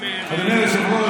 אדוני היושב-ראש,